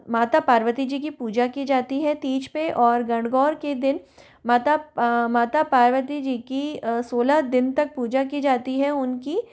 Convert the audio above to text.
माता पार्वती जी की पूजा की जाती है तीज पे और गणगौर के दिन माता माता पार्वती जी की सोलह दिन तक पूजा की जाती है उनकी